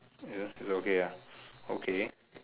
ya okay ah okay